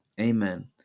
Amen